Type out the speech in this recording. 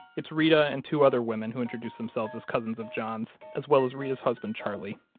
it's reta and two other women who introduce themselves as cousins of john's, as well as reta's husband charlie.